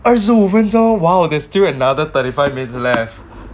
二十五分钟 !wow! there's still another thirty five minutes left